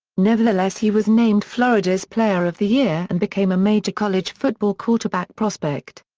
nevertheless he was named florida's player of the year and became a major college football quarterback prospect.